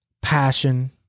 passion